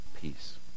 peace